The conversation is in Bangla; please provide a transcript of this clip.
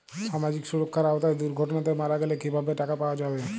সামাজিক সুরক্ষার আওতায় দুর্ঘটনাতে মারা গেলে কিভাবে টাকা পাওয়া যাবে?